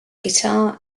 guitar